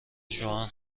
ژوئن